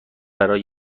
برای